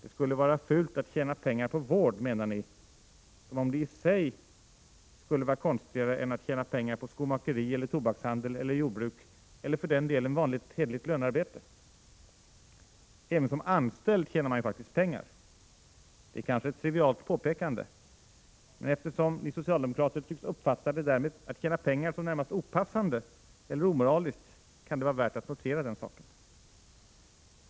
Det skulle vara fult att tjäna pengar på vård, menar ni, som om det i sig skulle vara konstigare än att tjäna pengar på skomakeri eller tobakshandel eller jordbruk eller för den delen vanligt hederligt lönearbete. Även som anställd tjänar man faktiskt pengar. Det är kanske ett trivialt påpekande, men eftersom ni socialdemokrater tycks uppfatta det där med att tjäna pengar som närmast opassande eller omoraliskt kan det vara värt att notera den saken.